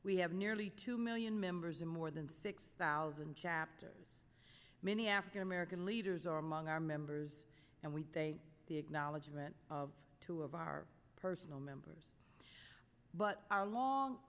we have nearly two million members and more than six thousand chapters many african american leaders are among our members and with the acknowledgment of two of our personal members but our long